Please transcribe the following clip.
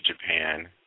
Japan